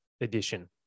edition